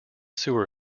sewer